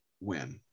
win